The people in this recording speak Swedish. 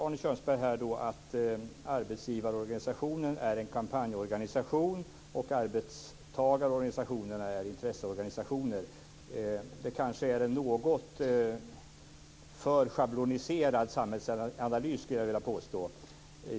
Arne Kjörnsberg säger att arbetsgivarorganisationen är en kampanjorganisation och arbetstagarorganisationerna är intresseorganisationer. Det kanske är en något för schabloniserad samhällsanalys, skulle jag vilja påstå.